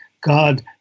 God